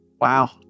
Wow